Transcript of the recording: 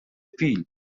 فیل